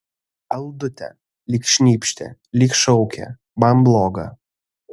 aldute lyg šnypštė lyg šaukė man bloga